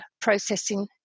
processing